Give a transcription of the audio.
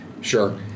Sure